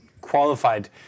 qualified